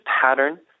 pattern